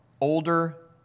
older